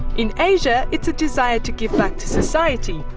in asia, it's a desire to give back to society,